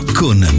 con